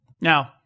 Now